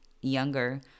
younger